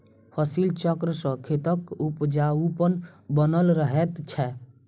फसिल चक्र सॅ खेतक उपजाउपन बनल रहैत छै